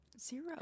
Zero